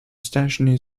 stationery